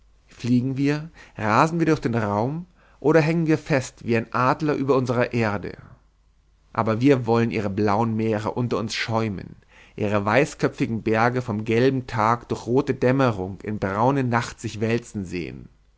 fliegen wir rasen wir durch den raum oder hängen wir fest wie ein adler über unserer erde aber wir wollen ihre blauen meere unter uns schäumen ihre weißköpfigen berge vom gelben tag durch rote dämmerung in braune nacht sich wälzen sehen